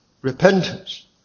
repentance